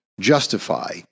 justify